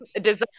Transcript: design